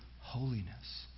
holiness